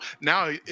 now